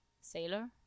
sailor